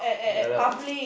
ya lah